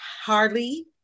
Harley